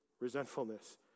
resentfulness